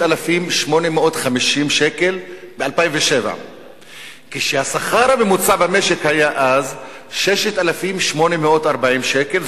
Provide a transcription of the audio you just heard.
ל-3,850 שקל, והשכר הממוצע היה אז 6,840 שקל.